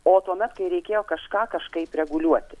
o tuomet kai reikėjo kažką kažkaip reguliuoti